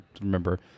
remember